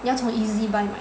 要从 Ezbuy